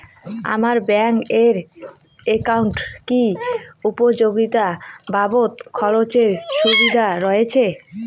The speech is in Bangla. আমার ব্যাংক এর একাউন্টে কি উপযোগিতা বাবদ খরচের সুবিধা রয়েছে?